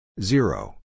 Zero